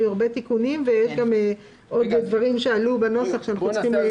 היו הרבה תיקונים ויש גם עוד דברים שעלו בנוסח שאנחנו צריכים לתקן.